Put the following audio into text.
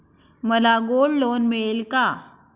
मला gold loan मिळेल का?